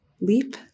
leap